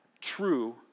true